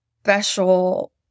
Special